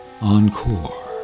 Encore